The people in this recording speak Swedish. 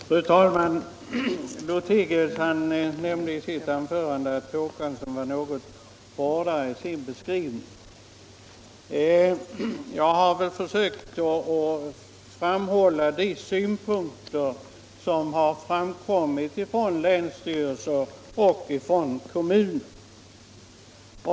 Fru talman! Herr Lothigius sade att jag var något hårdare i min beskrivning. Jag försökte framföra de synpunkter som anförts av länsstyrelser och kommuner.